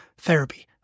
therapy